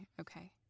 Okay